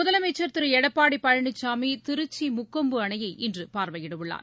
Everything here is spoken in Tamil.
முதலமைச்சர் திருளடப்பாடிபழனிசாமிதிருச்சிமுக்கொம்பு அணைய இன்றபார்வையிடஉள்ளார்